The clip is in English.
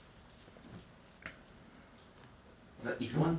no zi quan say john got complain about you also keep losing lane